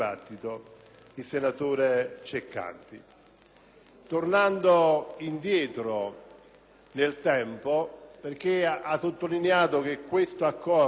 tornando indietro nel tempo, ha sottolineato che questo accordo, raggiunto non senza fatica,